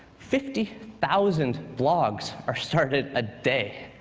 fifty thousand blogs are started a day,